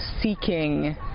seeking